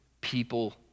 people